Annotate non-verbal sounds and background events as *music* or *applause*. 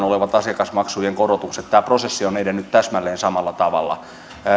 *unintelligible* olevat asiakasmaksujen korotukset tämä prosessi on edennyt täsmälleen samalla tavalla